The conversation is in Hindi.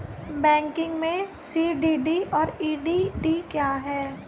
बैंकिंग में सी.डी.डी और ई.डी.डी क्या हैं?